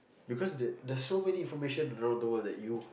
because there there are so many information around the world that you